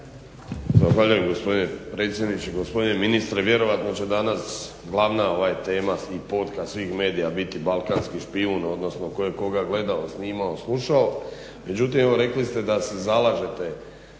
Zahvaljujem gospodine predsjedniče. Gospodine ministre vjerojatno će danas glavna tema i potka svih medija biti balkanski špijun, odnosno ko je koga gledao, snimao, slušao, međutim evo rekli ste da se zalažete